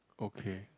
okay